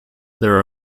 there